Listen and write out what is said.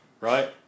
Right